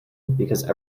because